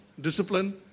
discipline